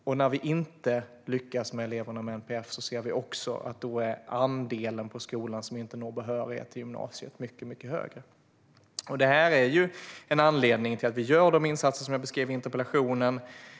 När en skola inte lyckas med eleverna med NPF ser vi också att andelen på skolan som inte uppnår behörighet till gymnasiet är mycket högre. Detta är en anledning till att vi gör de insatser som jag beskrev i interpellationssvaret.